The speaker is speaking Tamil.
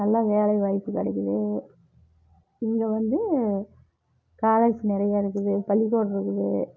நல்லா வேலைவாய்ப்பு கிடைக்கிது இங்கே வந்து காலேஜ் நிறையா இருக்குது பள்ளிக்கூடம் இருக்குது